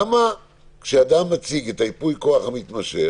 למה כשאדם מציג את ייפוי הכוח המתמשך